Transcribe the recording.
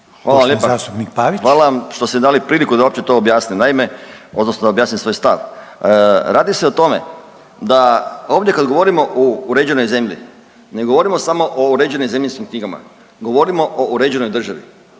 Hvala vam što ste mi dali priliku da uopće to objasnim. Naime, odnosno da objasnim svoj stav. Radi se o tome da ovdje kad govorimo o uređenoj zemlji, ne govorimo samo o uređenim zemljišnim knjigama, govorimo o uređenoj državi.